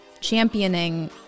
Championing